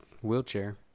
wheelchair